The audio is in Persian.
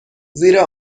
زیرا